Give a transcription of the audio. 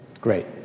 Great